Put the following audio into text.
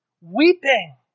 weeping